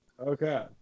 okay